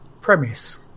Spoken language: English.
premise